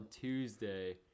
Tuesday